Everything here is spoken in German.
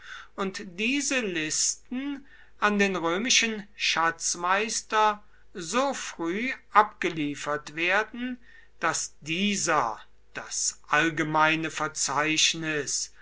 und diese listen an den römischen schatzmeister so früh abgeliefert werden daß dieser das allgemeine verzeichnis